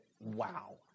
wow